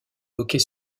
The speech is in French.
hockey